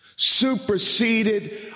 superseded